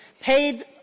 paid